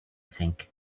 think